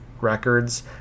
records